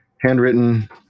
Handwritten